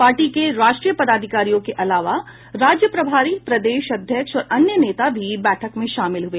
party के राष्ट्रीय पदाधिकारियों के अलावा राज्य प्रभारी प्रदेश अध्यक्ष और अन्य नेता भी बैठक में शामिल हुए